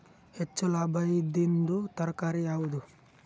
ಹೆಚ್ಚು ಲಾಭಾಯಿದುದು ತರಕಾರಿ ಯಾವಾದು?